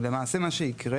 ולמעשה מה שיקרה,